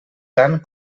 tant